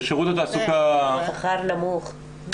שכר נמוך.